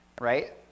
right